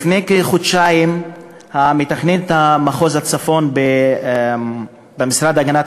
לפני כחודשיים המתכננת של מחוז הצפון במשרד להגנת